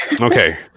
Okay